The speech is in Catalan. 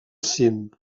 cim